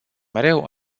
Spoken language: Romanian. mereu